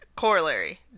Corollary